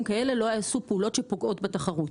כאלו לא יעשו פעולות שפוגעות בתחרות.